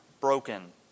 broken